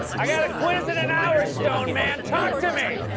i got a quiz in an hour, stone man! talk to me!